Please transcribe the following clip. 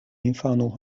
infano